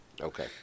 Okay